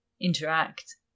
interact